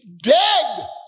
dead